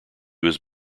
was